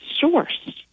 source